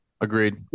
agreed